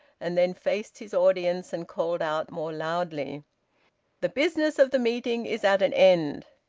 and then faced his audience and called out more loudly the business of the meeting is at an end.